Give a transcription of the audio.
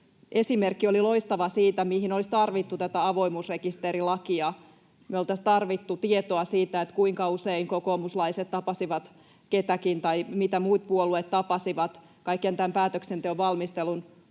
esimerkki oli loistava siitä, mihin olisi tarvittu tätä avoimuusrekisterilakia. Me oltaisiin tarvittu tietoa siitä, kuinka usein kokoomuslaiset tapasivat ketäkin tai mitä muut puolueet tapasivat kaiken tämän päätöksenteon valmistelun